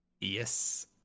Yes